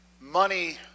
money